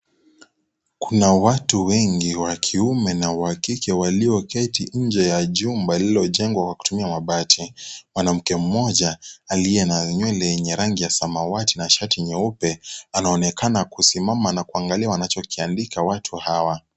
Kuna watu wengi wa kiume na wa kike walioketi nje ya jumba lililojengwa kwa kutumia mabati. Mwanamke mmoja, aliye na nywele ya rangi ya samawati na shati nyeupe, anaonekana kusimama na kuangalia wanachokiandika watu hawa.